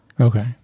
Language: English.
Okay